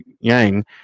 Yang